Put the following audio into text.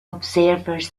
observers